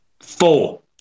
Four